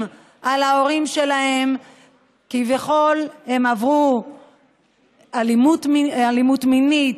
על ההורים שלהם שכביכול הם עברו אלימות מינית,